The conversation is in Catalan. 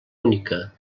única